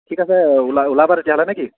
ঠিক আছে ওলাবা তেতিয়া হ'লে নে কি